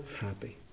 happy